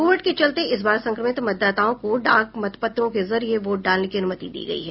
Covid के चलते इस बार संक्रमित मतदाताओं को डाक मतपत्रों के जरिये वोट डालने की अनुमति दी गयी है